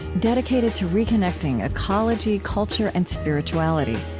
dedicated to reconnecting ecology, culture, and spirituality.